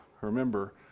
remember